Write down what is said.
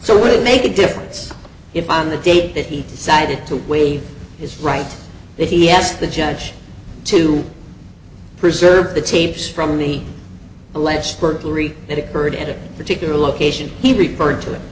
so would make a difference if on the date that he decided to waive his right that he asked the judge to preserve the tapes from the alleged burglary that occurred at a particular location he burned to i